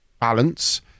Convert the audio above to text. balance